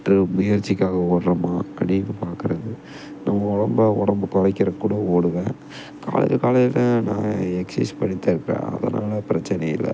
முயற்சிக்காக ஓடுகிறோமா அப்படின்னு பார்க்குறது நம்ம உடம்ப உடம்ப கொறைக்கிறக்கு கூட ஓடுவேன் காலையில் காலையில் நான் எஸ்ஸைஸ் பண்ணிட்டு தான் இருக்கிறேன் அதனால் பிரச்சினையே இல்லை